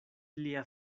lia